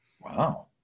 wow